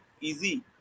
easy